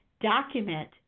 document